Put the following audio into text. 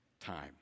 time